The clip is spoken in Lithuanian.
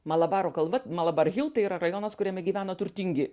malabaro kalva malabarhil tai yra rajonas kuriame gyvena turtingi